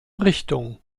richtung